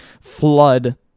flood